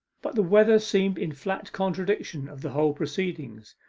but the weather seemed in flat contradiction of the whole proceeding.